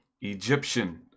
Egyptian